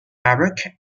baroque